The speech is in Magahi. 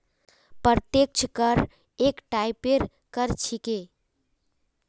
प्रत्यक्ष कर एक टाइपेर कर छिके